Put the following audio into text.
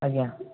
ଆଜ୍ଞା